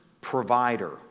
provider